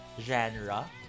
genre